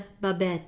babette